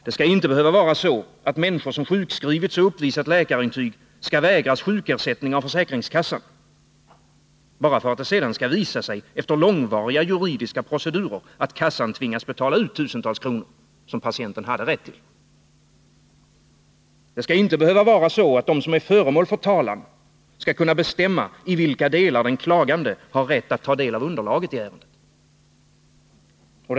Det skall inte behöva vara så, att människor som sjukskrivits och uppvisat läkarintyg skall vägras sjukersättning av försäkringskassan — bara för att det sedan skall visa sig, efter långvariga juridiska procedurer, att kassan tvingats betala ut tusentals kronor som patienten hade rätt till. Det skall inte behöva vara så, att de som är föremål för talan skall kunna bestämma i vilka delar den klagande har rätt att ta del av underlaget i ärendet.